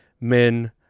men